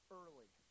early